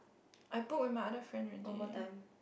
I book with my other friend already